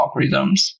algorithms